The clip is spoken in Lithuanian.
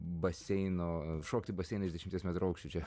baseino šokt į baseiną iš dešimties metrų aukščio čia